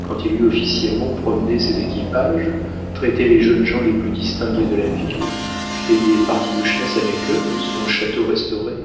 quand il eut officiellement promené ses équipages traité les jeunes gens les plus distingués de la ville fait des parties de chasse avec eux dans son château restauré